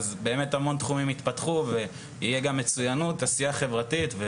אז באמת המון תחומים יתפתחו ותהיה גם מצוינות ועשייה חברתית.